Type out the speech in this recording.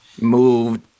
moved